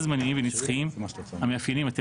על-זמניים ונצחיים המאפיינים את...